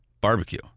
barbecue